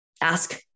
ask